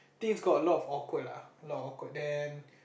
things got a lot of awkward a lot awkward then